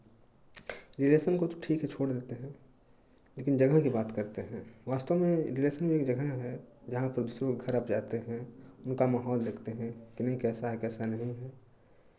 relation को ठीक है छोड़ देते हैं लेकिन जगह की बात करते हैं वास्तव में रिलेशन एक जगह है जहाँ पर दूसरों के घर आप जाते हैं उनका माहौल देखते हैं कहीं कैसा है कैसा नहीं है